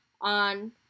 on